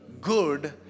good